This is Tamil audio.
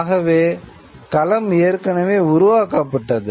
ஆகவே களம் ஏற்கனவே உருவாக்கப்பட்டது